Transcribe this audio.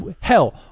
hell